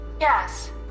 Yes